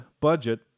budget